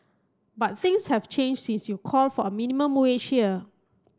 but things have changed since you called for a minimum wage here